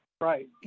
Right